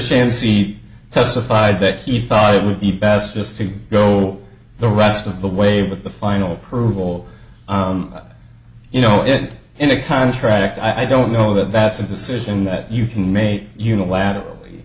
shand seat testified that he thought it would be best just to go the rest of the way with the final approval you know it in a contract i don't know that that's a decision that you can make unilaterally